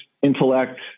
intellect